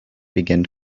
began